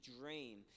dream